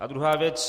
A druhá věc.